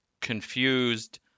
confused